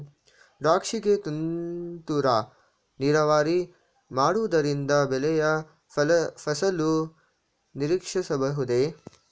ದ್ರಾಕ್ಷಿ ಗೆ ತುಂತುರು ನೀರಾವರಿ ಮಾಡುವುದರಿಂದ ಒಳ್ಳೆಯ ಫಸಲು ನಿರೀಕ್ಷಿಸಬಹುದೇ?